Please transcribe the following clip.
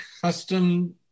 custom